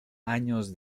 años